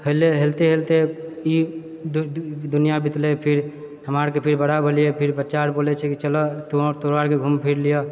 हेलै हेलते हेलते ई दु दु दुनिया बितलै फिर हमरा आरके फिर बड़ा भेलियै फिर बच्चा आर बोलै छै चलऽ तु तोरा आरके घुमि फिर लिअऽ